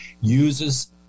uses